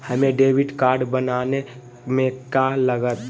हमें debit card बनाने में का लागत?